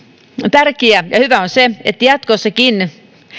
tärkeää ja hyvää on se että jatkossakin